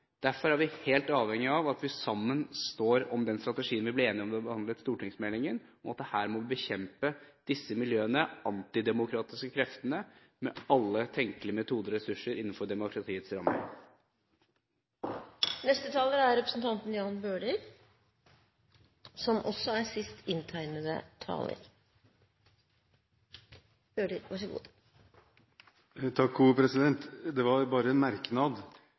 Derfor er vi helt avhengige av at vi står sammen om den strategien vi ble enige om da vi behandlet stortingsmeldingen, at vi her må bekjempe disse miljøene, antidemokratiske kreftene, med alle tenkelige metoder og ressurser innen demokratiets rammer. Det var bare en merknad